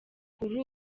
kuri